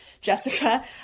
Jessica